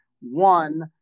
One